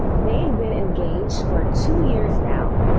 they've been engaged for two years now.